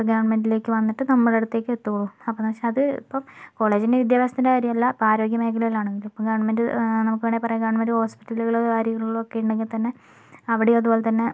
ഇപ്പോൾ ഗവൺമെന്റിലേക്ക് വന്നിട്ട് നമ്മുടെ അടുത്തേക്ക് എത്തുകയുള്ളൂ അപ്പോന്ന് വെച്ചാൽ അത് ഇപ്പോൾ കോളേജിൻ്റെ വിദ്യാഭ്യാസത്തിൻ്റെ കാര്യം അല്ല അപ്പോൾ ആരോഗ്യ മേഖലയിൽ ആണെങ്കിലും ഇപ്പോൾ ഗവൺമെൻറ് നമുക്ക് വേണമെങ്കിൽ പറയാം ഗവൺമെൻറ് ഹോസ്പിറ്റലുകള് കാര്യങ്ങള് ഒക്കെ ഉണ്ടെങ്കിൽ തന്നെ അവിടെയും അതുപോലെത്തന്നെ